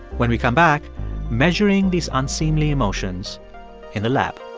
when we come back measuring these unseemly emotions in the lab